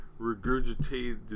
regurgitated